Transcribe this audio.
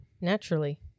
naturally